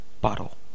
bottle